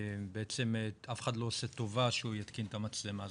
בעצם אף אחד לא עושה טובה שהוא יתקין את המצלמה,